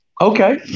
Okay